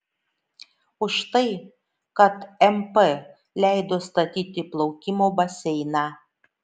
už tai kad mp leido statyti plaukimo baseiną